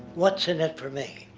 what's in it for me,